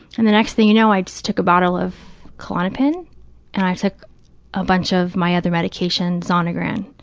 and the next thing you know, i just took a bottle of klonopin and i took a bunch of my other medication, zonegran,